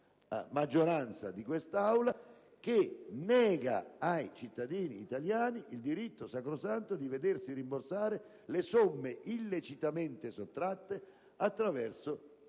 maggioranza di quest'Aula, che riconosce ai cittadini italiani il diritto sacrosanto di vedersi rimborsare le somme illecitamente sottratte attraverso